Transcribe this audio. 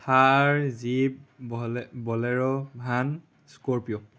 Thar jeep Bolero van Scorpio